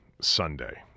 Sunday